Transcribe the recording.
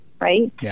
Right